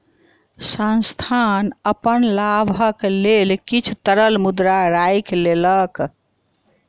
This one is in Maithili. संस्थान अपन लाभक लेल किछ तरल मुद्रा राइख लेलक